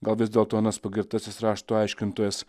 gal vis dėlto anas paskirtasis rašto aiškintojas